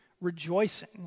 rejoicing